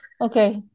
Okay